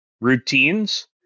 routines